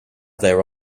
their